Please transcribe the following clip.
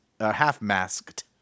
half-masked